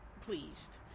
pleased